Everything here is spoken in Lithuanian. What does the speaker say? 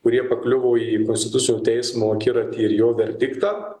kurie pakliuvo į konstitucinio teismo akiratį ir jo verdiktą